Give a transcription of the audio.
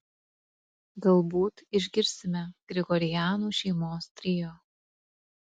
galbūt išgirsime grigorianų šeimos trio